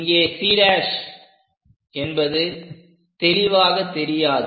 இங்கே C' என்பது தெளிவாகத் தெரியாது